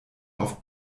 auf